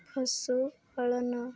ପଶୁପାଳନ